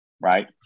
right